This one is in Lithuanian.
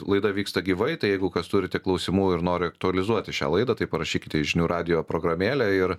laida vyksta gyvai tai jeigu kas turite klausimų ir nori aktualizuoti šią laidą tai parašykite į žinių radijo programėlę ir